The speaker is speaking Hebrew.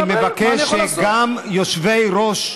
אני מבקש שגם יושבי-ראש,